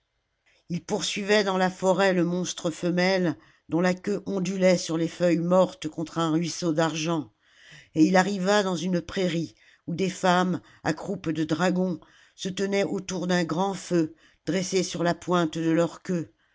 il poursuivait dans la forêt le monstre femelle dont la queue ondulait sur les feuilles mortes comme un ruisseau d'argent et il arriva dans une prairie oii des femmes à croupe de dragon se tenaient autour d'un grand feu dressées sur la pointe de leur queue